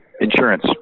insurance